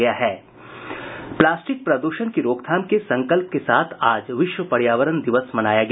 plastic प्रद्षण की रोकथाम के संकल्प के साथ आज विश्व पर्यावरण दिवस मनाया गया